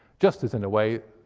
just as, in a way,